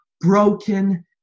broken